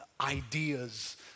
Ideas